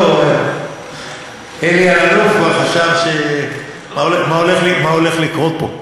לא, אלי אלאלוף כבר חשב מה הולך לקרות פה.